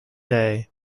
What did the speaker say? day